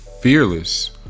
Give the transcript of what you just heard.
fearless